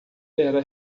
era